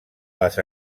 les